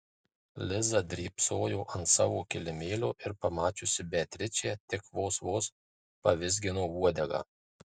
liza drybsojo ant savo kilimėlio ir pamačiusi beatričę tik vos vos pavizgino uodegą